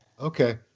Okay